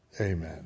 Amen